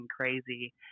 crazy